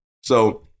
So-